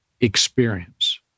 experience